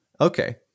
Okay